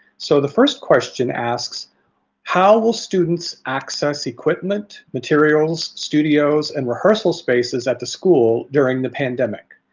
so the first question asks how will students access equipment, materials, studios, and rehearsal spaces at the school during the pandemic?